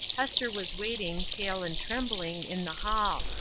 hester was waiting, pale and trembling, in the hall.